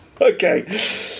okay